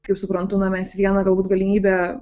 kaip suprantu na mes vieną galbūt galimybę